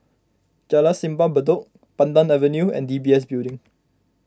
Jalan Simpang Bedok Pandan Avenue and D B S Building